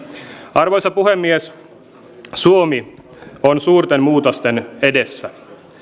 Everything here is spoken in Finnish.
arvoisa puhemies suomi on suurten muutosten edessä